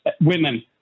women